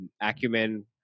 acumen